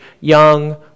young